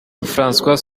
françois